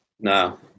No